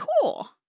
cool